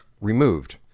removed